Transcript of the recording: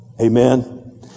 Amen